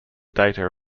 data